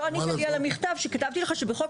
לא ענית לי על המכתב שכתבתי לך שבחוק